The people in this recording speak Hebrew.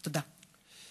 תודה.